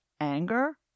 anger